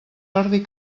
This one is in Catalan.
ordi